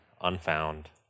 unfound